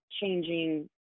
changing